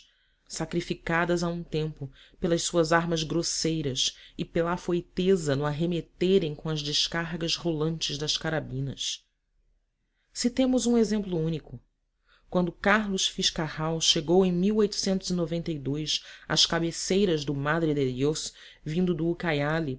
sacrificadas a um tempo pelas suas armas grosseiras e pela afoiteza no arremeterem com as descargas rolantes das carabinas citemos um exemplo único quando carlos fitz carrald chegou em as cabeceiras do madre de diós vindo do ucaiali